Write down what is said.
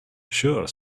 sure